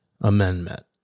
Amendment